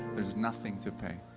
there's nothing to pay.